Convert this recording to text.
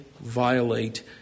violate